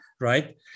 Right